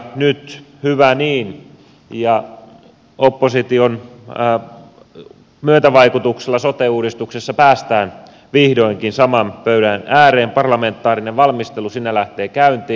nyt hyvä niin opposition myötävaikutuksella sote uudistuksessa päästään vihdoinkin saman pöydän ääreen parlamentaarinen valmistelu siinä lähtee käyntiin